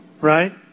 right